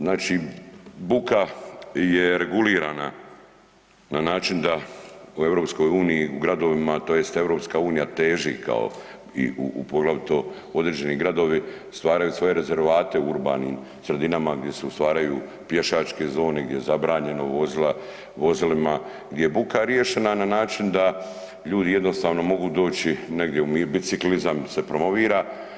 Znači, buka je regulirana na način da u EU u gradovima tj. EU teži kao i, u, u poglavito određenim gradovi stvaraju svoje rezervate u urbanim sredinama gdje se stvaraju pješačke zone, gdje je zabranjeno vozila, vozilima, gdje je buka riješena na način da ljudi jednostavno mogu doći negdje, biciklizam se promovira.